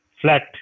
flat